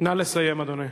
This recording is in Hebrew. נא לסיים, אדוני.